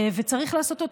וצריך לעשות אותו.